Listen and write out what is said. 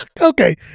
Okay